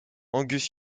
angus